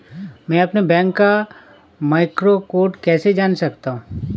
मैं अपने बैंक का मैक्रो कोड कैसे जान सकता हूँ?